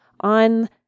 on